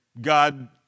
God